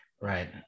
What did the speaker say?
right